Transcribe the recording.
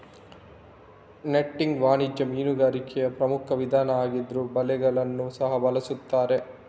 netting ವಾಣಿಜ್ಯ ಮೀನುಗಾರಿಕೆಯ ಪ್ರಮುಖ ವಿಧಾನ ಆಗಿದ್ರೂ ಬಲೆಗಳನ್ನ ಸಹ ಬಳಸ್ತಾರೆ